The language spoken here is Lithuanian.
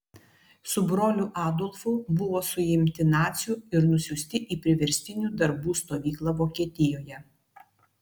su broliu adolfu buvo suimti nacių ir nusiųsti į priverstinių darbų stovyklą vokietijoje